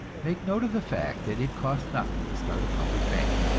make note of the fact that it costs nothing to start a public bank.